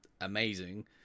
amazing